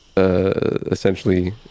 Essentially